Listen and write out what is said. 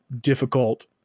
difficult